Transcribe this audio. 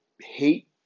hate